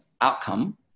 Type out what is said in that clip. outcome